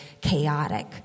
chaotic